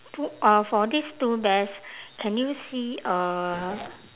two uh for these two bears can you see uh